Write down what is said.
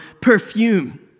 perfume